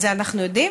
את זה אנחנו יודעים,